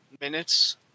minutes